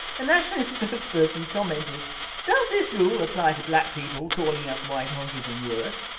a nationalist spokesperson commented does this rule apply to black people calling us white honkeys and worse.